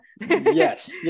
Yes